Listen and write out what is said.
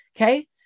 Okay